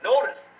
Notice